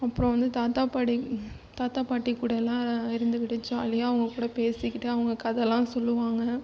அப்புறம் வந்து தாத்தா பாட்டி தாத்தா பாட்டி கூடலாம் இருந்துக்கிட்டு ஜாலியா அவங்ககூட பேசிக்கிட்டு அவங்க கதைலாம் சொல்லுவாங்கள்